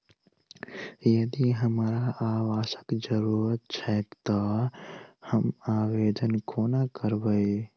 यदि हमरा आवासक जरुरत छैक तऽ हम आवेदन कोना करबै?